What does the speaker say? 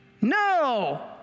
No